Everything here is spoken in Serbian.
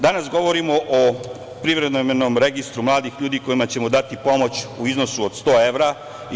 Danas govorimo o privremenom registru mladih ljudi kojima ćemo dati pomoć u iznosu od 100 evra.